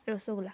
rasgulla